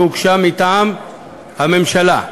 שהוגשה מטעם הממשלה,